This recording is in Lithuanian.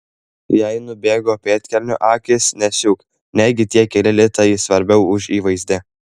jei nubėgo pėdkelnių akys nesiūk negi tie keli litai svarbiau už įvaizdį